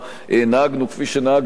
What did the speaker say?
נהגנו כפי שנהגנו עד היום,